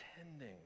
attending